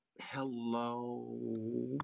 hello